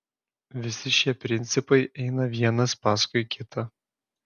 visi šie principai eina vienas paskui kitą